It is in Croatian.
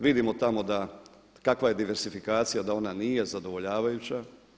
Vidimo tamo kakva je diversifikacija, da ona nije zadovoljavajuća.